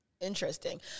Interesting